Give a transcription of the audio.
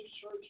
church